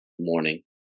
morning